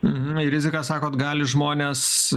ir riziką sakot gali žmonės